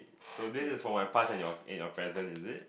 so this is for my past and your in your present is it